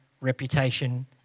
reputation